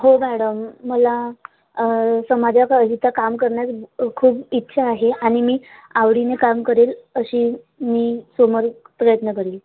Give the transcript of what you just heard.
हो मॅडम मला समाज काळजीचं काम करण्यास खूप इच्छा आहे आणि मी आवडीने काम करेल अशी मी समोर प्रयत्न करील